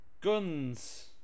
Guns